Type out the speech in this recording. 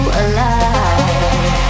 alive